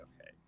okay